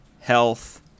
health